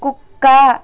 కుక్క